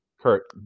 kurt